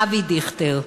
אבי דיכטר.